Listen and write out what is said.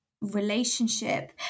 relationship